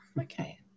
Okay